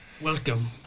Welcome